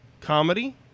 comedy